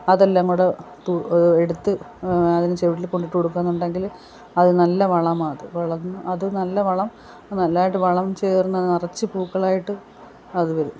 അതെല്ലാം കൂടെ തു എടുത്തു അതിൻ്റെ ചോട്ടിൽ കൊണ്ടിട്ട് കൊടുക്കാന്നുണ്ടെങ്കിൽ അത് നല്ല വളമാത് അത് നല്ല വളം നല്ലതായിട്ട് വളം ചേർന്ന് നിറച്ച് പൂക്കളായിട്ട് അത് വരും